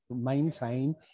maintain